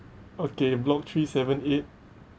okay block three seven eight